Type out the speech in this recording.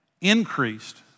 increased